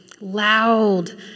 loud